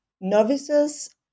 novices